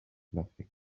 nothing